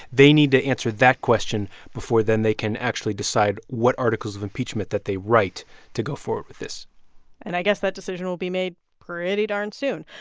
they need to answer that question before. then they can actually decide what articles of impeachment that they write to go forward with this and i guess that decision will be made pretty darn soon.